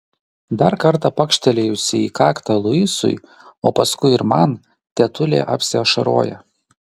dar kartą pakštelėjusi į kaktą luisui o paskui ir man tetulė apsiašaroja